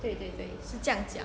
对对对是这样讲